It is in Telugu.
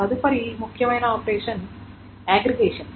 తదుపరి ముఖ్యమైన ఆపరేషన్ అగ్రిగేషన్